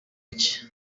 iki